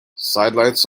sidelights